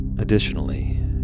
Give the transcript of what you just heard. Additionally